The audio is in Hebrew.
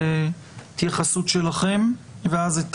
נשמע את ההתייחסות שלכם ואז את